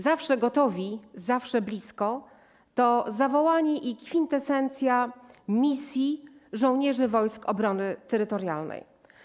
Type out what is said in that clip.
Zawsze gotowi, zawsze blisko” - to zawołanie i kwintesencja misji żołnierzy Wojsk Obrony Terytorialnej.